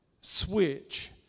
switch